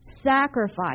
sacrifice